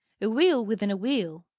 a wheel within a wheel.